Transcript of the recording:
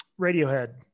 radiohead